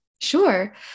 Sure